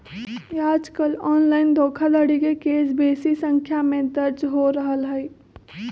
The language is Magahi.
याजकाल ऑनलाइन धोखाधड़ी के केस बेशी संख्या में दर्ज हो रहल हइ